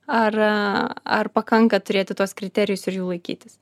ar ar pakanka turėti tuos kriterijus ir jų laikytis